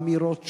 אמירות שונות,